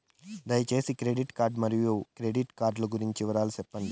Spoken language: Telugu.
దయసేసి క్రెడిట్ కార్డు మరియు క్రెడిట్ కార్డు లు గురించి వివరాలు సెప్పండి?